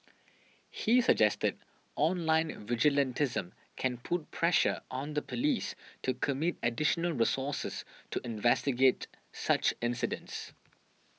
she suggested online vigilantism can put pressure on the police to commit additional resources to investigate such incidents